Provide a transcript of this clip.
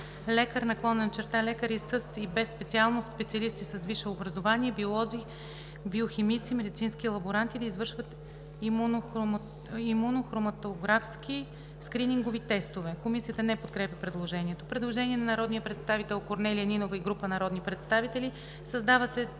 възможност лекар/и със и без специалност; специалисти с висше образование – биолози, биохимици, медицински лаборанти, да извършват имунохроматографски скринингови тестове.“ Комисията не подкрепя предложението. Предложение на народния представител Корнелия Нинова и група народни представители: „Създава се